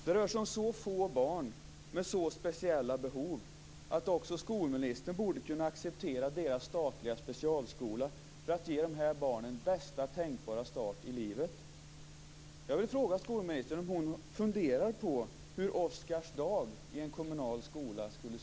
Det rör sig om så få barn med så speciella behov att också skolministern borde kunna acceptera deras statliga specialskola för att ge dessa barn bästa tänkbara start i livet.